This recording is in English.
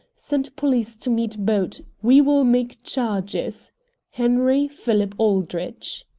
send police to meet boat. we will make charges henry philip aldrich.